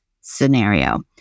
scenario